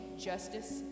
justice